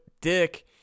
dick